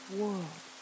world